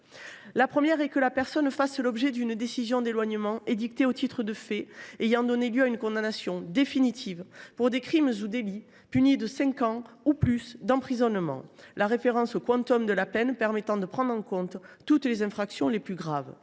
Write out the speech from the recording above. La première condition est que la personne fasse l’objet d’une décision d’éloignement édictée au titre de faits ayant donné lieu à une condamnation définitive pour des crimes ou délits punis de cinq ans ou plus d’emprisonnement, la référence au quantum de la peine permettant de prendre en compte toutes les infractions graves.